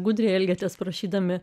gudriai elgiatės prašydami